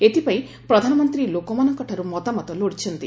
ଏଥିପାଇଁ ପ୍ରଧାନମନ୍ତ୍ରୀ ଲୋକମାନଙ୍କଠାରୁ ମତାମତ ଲୋଡ଼ିଛନ୍ତି